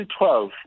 2012